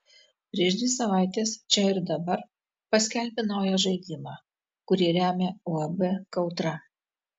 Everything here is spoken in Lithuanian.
prieš dvi savaites čia ir dabar paskelbė naują žaidimą kurį remia uab kautra